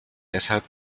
deshalb